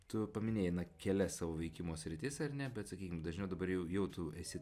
tu paminėjai na kelias savo veikimo sritis ar ne bet sakykim dažniau dabar jau jau tu esi